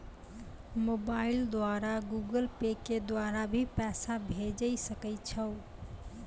Mobile द्वारा Google pay के द्वारा भी पैसा भेजै सकै छौ?